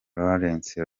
laurence